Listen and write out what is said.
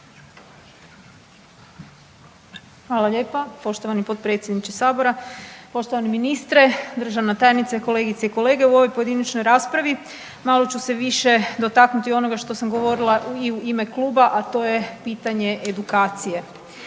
Hvala lijepa poštovani potpredsjedniče sabora, poštovani ministre, državna tajnice, kolegice i kolege. U ovoj pojedinačnoj raspravi malo ću se više dotaknuti onoga što sam govorila i u ime kluba, a to je pitanje edukacije.